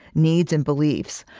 needs, and beliefs,